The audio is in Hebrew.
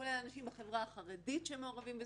כולל אנשים מהחברה החרדית שמעורבים בזנות.